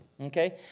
Okay